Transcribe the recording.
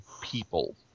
people